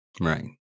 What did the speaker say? Right